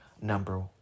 Number